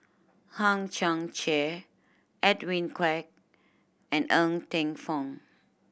Hang Chang Chieh Edwin Koek and Ng Teng Fong